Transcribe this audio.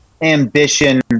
ambition